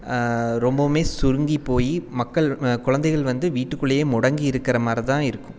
ரொம்பவுமே சுருங்கி போய் மக்கள் குழந்தைகள் வந்து வீட்டுக்குள்ளையே முடங்கி இருக்குறமாதிரி தான் இருக்கும்